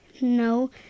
no